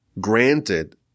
granted